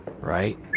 right